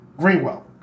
Greenwell